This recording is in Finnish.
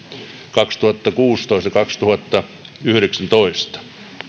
kaksituhattakuusitoista viiva kaksituhattayhdeksäntoista